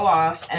off